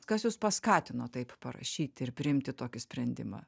kas jus paskatino taip parašyti ir priimti tokį sprendimą